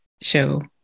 show